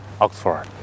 Oxford